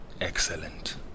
Excellent